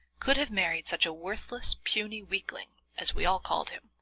could have married such a worthless, puny weakling, as we all called him,